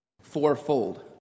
fourfold